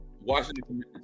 Washington